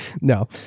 No